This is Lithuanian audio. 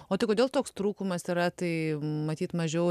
o tai kodėl toks trūkumas yra tai matyt mažiau